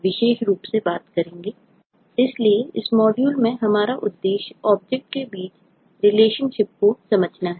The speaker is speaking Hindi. वर्तमान मॉड्यूल में हम ऑब्जेक्ट्स को समझना है